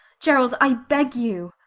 gerald, i beg you!